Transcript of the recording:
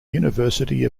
university